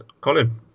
Colin